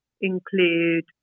include